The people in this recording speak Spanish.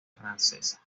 francesa